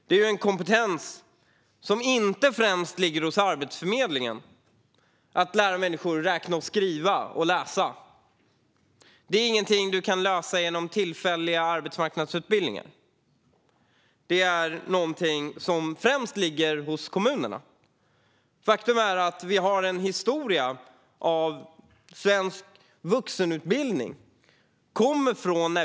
Detta - att lära människor att räkna, skriva och läsa - är en kompetens som inte främst ligger hos Arbetsförmedlingen. Det är inget som kan lösas genom tillfälliga arbetsmarknadsutbildningar, utan det är något som främst ligger hos kommunerna. Faktum är att vi har en historia av svensk vuxenutbildning.